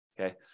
okay